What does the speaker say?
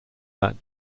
that